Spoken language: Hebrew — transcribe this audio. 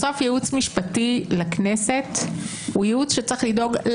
משפט אחרון.